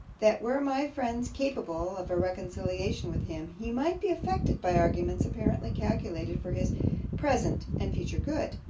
that were my friends capable of a reconciliation with him, he might be affected by arguments apparently calculated for his present and future good!